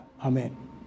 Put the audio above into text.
Amen